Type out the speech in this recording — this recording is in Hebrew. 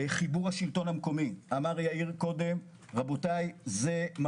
חיבור השלטון המקומי אמר יאיר גולן קודם שזה מפתח.